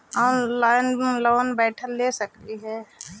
Online loan घर बैठे ले सकली हे, कैसे?